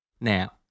Now